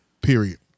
period